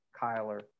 Kyler